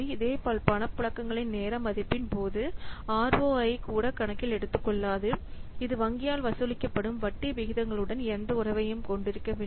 இதேபோல் பணப்புழக்கங்களின் நேர மதிப்பின் போது ROI கூட கணக்கில் எடுத்துக்கொள்ளாது இது வங்கியால் வசூலிக்கப்படும் வட்டி விகிதங்களுடன் எந்த உறவையும் கொண்டிருக்கவில்லை